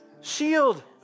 shield